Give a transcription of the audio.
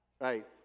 Right